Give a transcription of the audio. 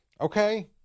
Okay